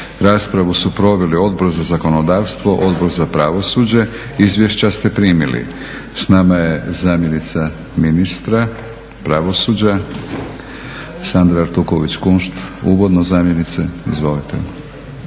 Raspravu su proveli Odbor za zakonodavstvo i Odbor za pravosuđe. Izvješća ste primili. S nama je zamjenica ministra pravosuđa Sandra Artuković Kunšt. Uvodno zamjenice? Izvolite.